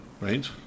Right